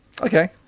Okay